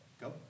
Go